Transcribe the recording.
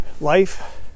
life